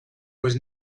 was